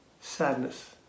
sadness